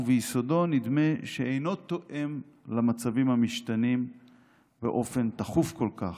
וביסודו נדמה שאינו תואם למצבים המשתנים באופן תכוף כל כך.